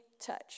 touch